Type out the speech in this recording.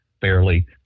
fairly